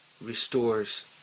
restores